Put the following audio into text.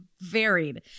varied